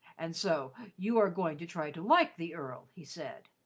and so you are going to try to like the earl, he said.